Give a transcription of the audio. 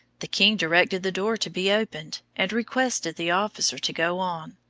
the king directed the door to be opened, and requested the officer to go on,